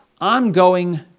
ongoing